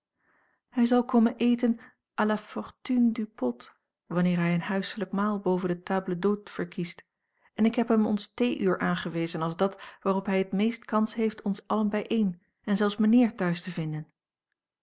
hij zal komen eten à la fortune du pot wanneer hij een huiselijk maal boven de table d'hôte verkiest en ik heb hem ons theeuur aangewezen als dat waarop hij het meest kans heeft ons allen bijeen en zelfs mijnheer thuis te vinden